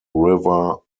river